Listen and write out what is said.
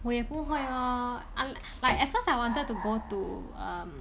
我也不会 hor like at first I wanted to go to um